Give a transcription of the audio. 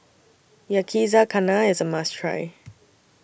Yakizakana IS A must Try